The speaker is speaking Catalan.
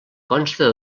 consta